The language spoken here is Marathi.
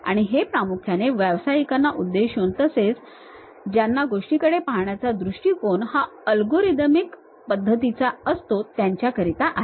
आणि हे प्रामुख्याने व्यावसायिकांना उद्देशून तसेच ज्यांना गोष्टींकडे पाहण्याच्या दृष्टिकोन हा अल्गोरिदमिक पद्धतीचा असतो त्यांच्याकरिता आहे